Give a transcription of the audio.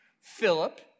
Philip